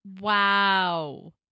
Wow